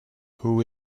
who